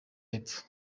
y’epfo